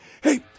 Hey